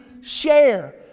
share